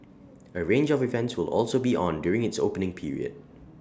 A range of events will also be on during its opening period